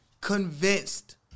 convinced